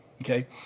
okay